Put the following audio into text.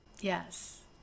yes